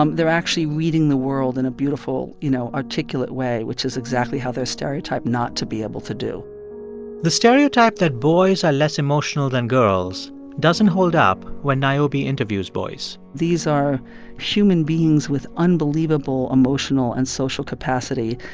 um they're actually reading the world in a beautiful, you know, articulate way, which is exactly how they're stereotyped not to be able to do the stereotype that boys are less emotional than girls doesn't hold up when niobe interviews boys these are human beings with unbelievable emotional and social capacity.